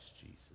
jesus